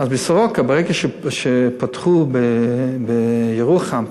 ברגע שפתחו גם בירוחם,